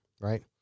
right